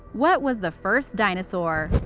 what was the first dinosaur?